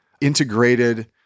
integrated